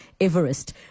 Everest